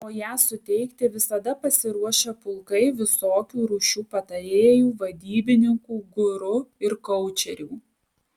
o ją suteikti visada pasiruošę pulkai visokių rūšių patarėjų vadybininkų guru ir koučerių